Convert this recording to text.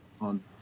on